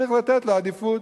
צריך לתת לו עדיפות.